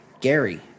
Gary